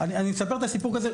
אני מספר את הסיפור הזה,